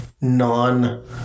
non